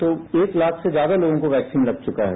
तो एक लाख से ज्यादा लोगो को वैक्सीन लग चुका है